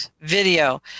video